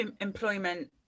employment